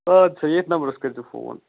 آدٕ سا ییٚتھۍ نمبرَس کٔرۍ زِ فون